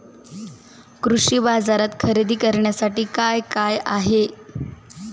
कृषी बाजारात खरेदी करण्यासाठी काय काय आहे?